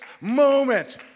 moment